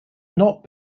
not